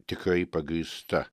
tikrai pagrįsta